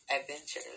adventures